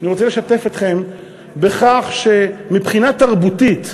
אני רוצה לשתף אתכם בכך שמבחינה תרבותית,